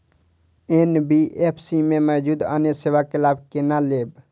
NBFC में मौजूद अन्य सेवा के लाभ केना लैब?